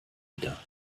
wieder